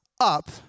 up